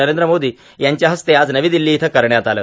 नरेंद्र मोदी यांच्या हस्ते आज नवी दिल्ली इथं करण्यात आलं